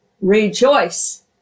rejoice